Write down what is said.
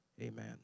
Amen